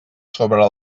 sobre